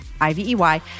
I-V-E-Y